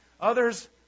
Others